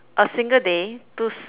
a single day to